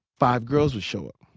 five girls would show up.